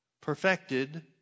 perfected